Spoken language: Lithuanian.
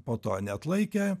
po to neatlaikė